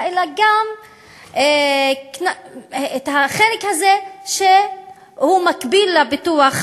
אלא גם את החלק הזה שהוא מקביל לביטוח